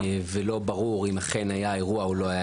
וטרם ידוע האם אכן היה אירוע או לא.